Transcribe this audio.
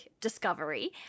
discovery